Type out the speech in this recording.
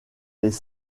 les